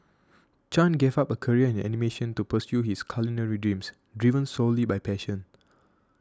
Chan gave up a career in animation to pursue his culinary dreams driven solely by passion